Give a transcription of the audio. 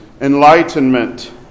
enlightenment